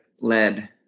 led